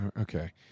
okay